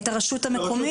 את הרשות המקומית?